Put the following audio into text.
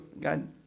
God